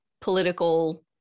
political